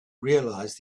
realise